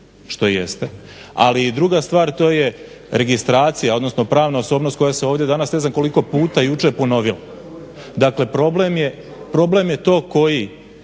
što i jeste. Ali druga stvar to je registracija odnosno pravna osobnost koja se ovdje danas ne znam koliko puta jučer ponovila. Dakle, problem je to koji